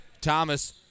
Thomas